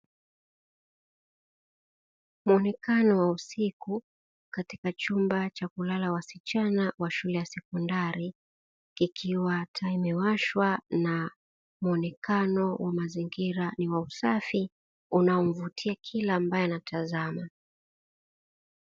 Taa muda wa usiku katika chumba cha kulala wasichana wa shule ya imewashwa na muonekano wa mazingira ni wa usafi unaomvutia kila ambaye anatazama.